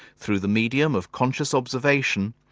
through the medium of conscious observation,